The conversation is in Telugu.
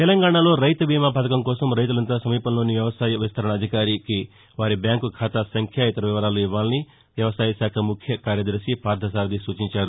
తెలంగాణలో రైతుబీమా పథకం కోసం రైతులంతా సమీపంలోని వ్యవసాయ విస్తరణ అధికారికి వారి బ్యాంకు ఖాతా సంఖ్య ఇతర వివరాలు ఇవ్వాలని వ్యవసాయశాఖ ముఖ్య కార్యదర్శి పార్లసారథి సూచించారు